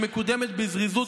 שמקודמת בזריזות,